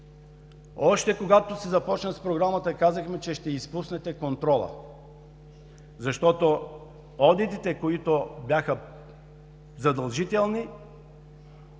Още, когато се започна с Програмата, казахме, че ще изпуснете контрола. Защото одитите, които бяха задължителни,